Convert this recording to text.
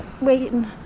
waiting